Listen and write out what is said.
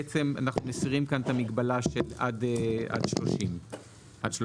בעצם אנחנו מסירים כאן את המגבלה של עד 30 תאגידים.